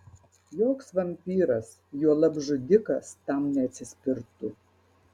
joks vampyras juolab žudikas tam neatsispirtų